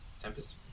Tempest